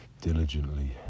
diligently